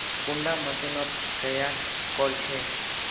कुंडा मशीनोत तैयार कोर छै?